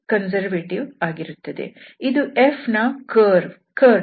ಇದು F ನ curl